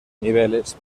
niveles